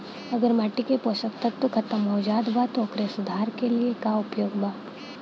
अगर माटी के पोषक तत्व खत्म हो जात बा त ओकरे सुधार के लिए का उपाय बा?